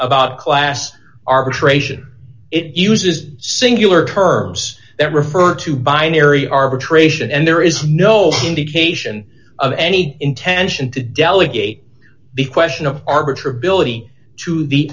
about class arbitration it uses singular terms that refer to binary arbitration and there is no indication of any intention to delegate b question of arbiter belittling to the